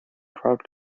crowd